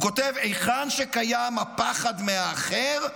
הוא כותב: היכן שקיים הפחד מהאחר,